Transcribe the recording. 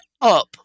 up